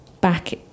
back